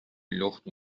لخت